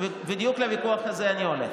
אינו נוכח משה ארבל,